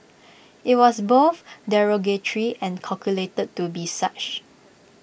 IT was both derogatory and calculated to be such